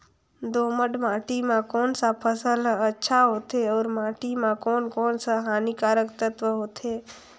दोमट माटी मां कोन सा फसल ह अच्छा होथे अउर माटी म कोन कोन स हानिकारक तत्व होथे?